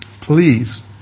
Please